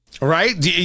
Right